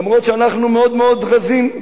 למרות שאנחנו מאוד מאוד רזים,